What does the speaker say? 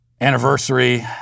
anniversary